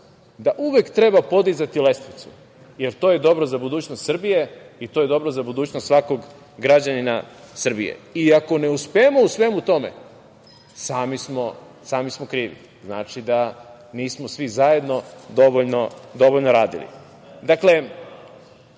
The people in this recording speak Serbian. da uvek treba podizati lestvicu, jer to je dobro za budućnost Srbije i to je dobro za budućnost svakog građanina Srbije. Ako ne uspemo u svemu tome, sami smo krivi, znači da nismo svi zajedno dovoljno radili. Dakle,